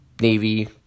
Navy